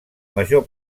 major